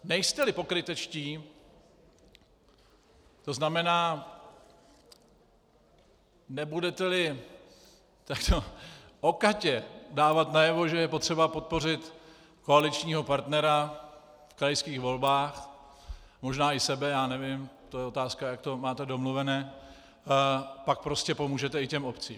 Nejsteli pokrytečtí, to znamená, nebudeteli takto okatě dávat najevo, že je potřeba podpořit koaličního partnera v krajských volbách, možná i sebe, já nevím, to je otázka, jak to máte domluvené, pak prostě pomůžete i obcím.